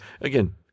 again